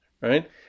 Right